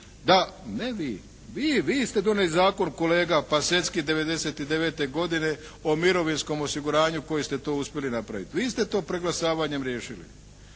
Da, ne vi. Vi, vi ste donijeli zakon kolega Pasecky '99. godine o mirovinskom osiguranju kojim ste to uspjeli napraviti. Vi ste to preglasavanjem riješili.